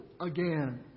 again